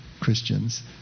Christians